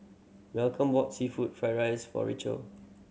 Malcolm bought seafood fried rice for Rachelle